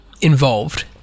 involved